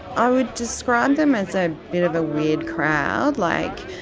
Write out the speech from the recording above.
i would describe them as a bit of a weird crowd, like.